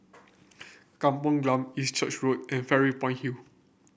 Kampong Glam East Church Road and Fairy Point Hill